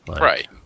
Right